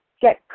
get